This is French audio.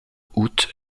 août